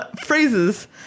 phrases